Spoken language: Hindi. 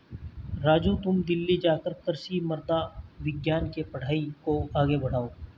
राजू तुम दिल्ली जाकर कृषि मृदा विज्ञान के पढ़ाई को आगे बढ़ाओ